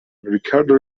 ricardo